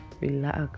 relax